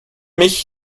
mich